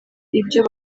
ibyo